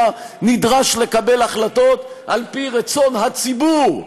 נדרש לקבל החלטות על פי רצון הציבור,